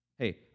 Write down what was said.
hey